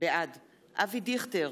בעד אבי דיכטר,